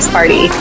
Party